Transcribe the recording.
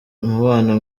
umubano